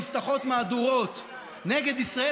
נפתחות מהדורות נגד ישראל,